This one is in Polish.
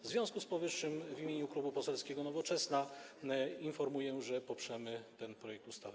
W związku z powyższym w imieniu Klubu Poselskiego Nowoczesna informuję, że poprzemy ten projekt ustawy.